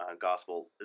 Gospel